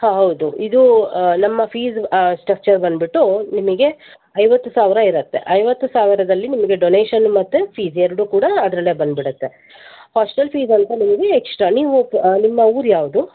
ಹಾಂ ಹೌದು ಇದು ನಮ್ಮ ಫೀಸ್ ಸ್ಟಕ್ಚರ್ ಬಂದ್ಬಿಟ್ಟು ನಿಮಗೆ ಐವತ್ತು ಸಾವಿರ ಇರತ್ತೆ ಐವತ್ತು ಸಾವಿರದಲ್ಲಿ ನಿಮಗೆ ಡೊನೇಶನ್ ಮತ್ತು ಫೀಸ್ ಎರಡು ಕೂಡ ಅದರಲ್ಲೇ ಬಂದು ಬಿಡುತ್ತೆ ಹಾಸ್ಟೆಲ್ ಫೀಸ್ ಅಂತ ನಿಮಗೆ ಎಕ್ಸ್ಟ್ರಾ ನೀವು ನಿಮ್ಮ ಊರು ಯಾವುದು